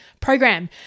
program